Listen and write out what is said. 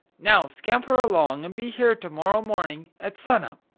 now scamper along and be here to-morrow morning at sun-up.